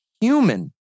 human